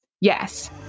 Yes